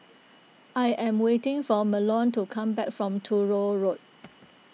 I am waiting for Marlon to come back from Truro Road